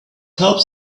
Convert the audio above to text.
help